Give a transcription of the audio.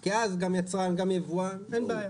כי אז גם יצרן וגם יבואן, אין בעיה.